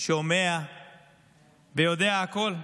שומע ויודע הכול.